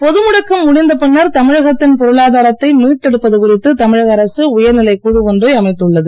பொதுமுடக்கம் முடிந்த பின்னர் தமிழகத்தின் பொருளாதாரத்தை மீட்டெடுப்பது குறித்து தமிழக அரசு உயர்நிலைக் குழு ஒன்றை அமைத்துள்ளது